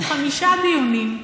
חמישה דיונים,